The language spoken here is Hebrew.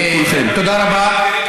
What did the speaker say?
אולי תבין, תודה רבה.